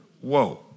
Whoa